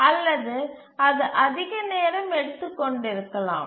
அல்லது அது அதிக நேரம் எடுத்துக் கொண்டிருக்கலாம்